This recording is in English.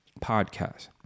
podcast